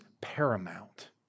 paramount